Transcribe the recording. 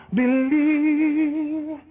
believe